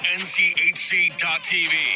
nchc.tv